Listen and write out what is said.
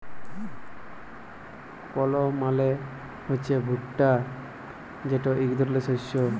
কর্ল মালে হছে ভুট্টা যেট ইক ধরলের শস্য